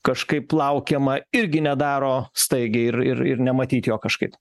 kažkaip laukiamą irgi nedaro staigiai ir ir ir nematyt jo kažkaip